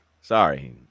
Sorry